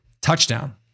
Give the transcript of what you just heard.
TOUCHDOWN